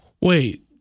wait